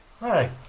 Hi